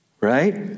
Right